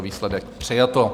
Výsledek: přijato.